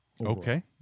Okay